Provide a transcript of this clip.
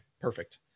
Perfect